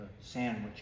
Sandwich